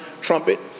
trumpet